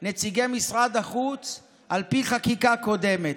על פי חקיקה קודמת.